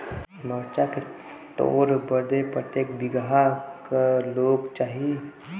मरचा के तोड़ बदे प्रत्येक बिगहा क लोग चाहिए?